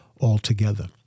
altogether